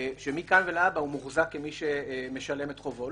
שמכאן ולהבא הוא מוחזק כמי שמשלם את חובו.